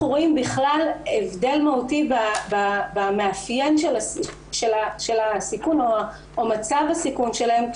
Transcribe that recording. רואים בכלל הבדל מהותי במאפיין של סיכום המצב שלהם,